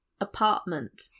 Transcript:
apartment